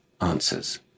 answers